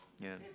ya